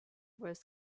was